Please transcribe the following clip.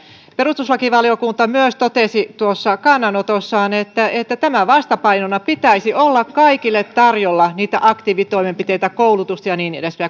perustuslakivaliokunta totesi tuossa kannanotossaan että että tämän vastapainona pitäisi olla kaikille tarjolla niitä aktiivitoimenpiteitä koulutusta ja niin edespäin